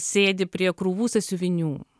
sėdi prie krūvų sąsiuvinių